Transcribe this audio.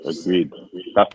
Agreed